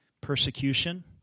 persecution